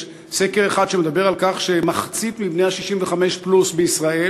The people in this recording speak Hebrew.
יש סקר אחד שמדבר על כך שמחצית מבני ה-60 פלוס בישראל